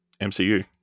MCU